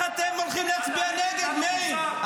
אתה הולך להצביע נגד, מאיר?